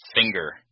finger